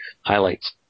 highlights